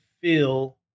feel